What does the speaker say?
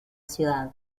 ciudad